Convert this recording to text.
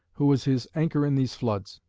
who was his anchor in these floods.